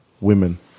women